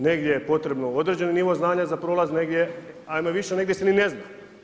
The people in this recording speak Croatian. Negdje je potrebno određeni nivo znanja za prolaz, negdje, ajmo više, negdje se ni ne zna.